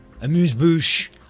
amuse-bouche